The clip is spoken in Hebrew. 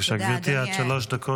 קריאה שנייה.